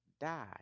died